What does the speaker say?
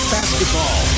Basketball